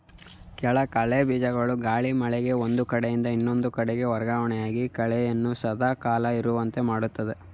ಕೆಲ ಕಳೆ ಬೀಜಗಳು ಗಾಳಿ, ಮಳೆಗೆ ಒಂದು ಕಡೆಯಿಂದ ಇನ್ನೊಂದು ಕಡೆಗೆ ವರ್ಗವಣೆಯಾಗಿ ಕಳೆಯನ್ನು ಸದಾ ಕಾಲ ಇರುವಂತೆ ಮಾಡುತ್ತದೆ